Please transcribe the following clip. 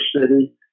city